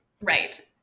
Right